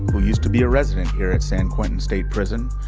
who used to be a resident here at san quentin state prison.